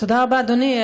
תודה רבה, אדוני.